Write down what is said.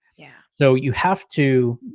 yeah, so you have to,